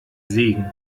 segen